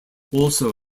also